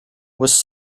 was